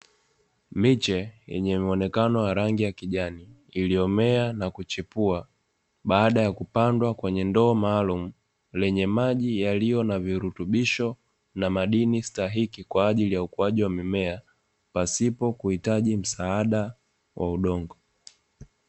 Miche yenye muonekano wa rangi ya kijani iliyomea na kuchepua, baada ya kupandwa kwenye ndoo maalumu lenye maji yaliyo na virutubisho na madini stahiki kwa ajili ya ukuaji wa mimea, pasipo kuhitaji msaada wa udongo.